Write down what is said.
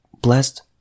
blessed